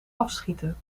afschieten